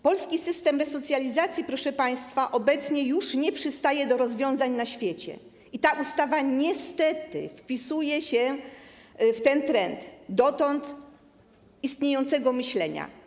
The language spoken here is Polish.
Polski system resocjalizacji, proszę państwa, obecnie już nie przystaje do rozwiązań stosowanych na świecie i ta ustawa niestety wpisuje się w ten trend dotąd istniejącego myślenia.